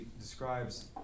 describes